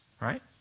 right